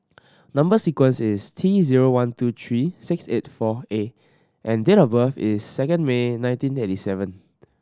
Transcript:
number sequence is T zero one two three six eight four A and date of birth is second May nineteen eighty seven